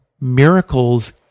miracles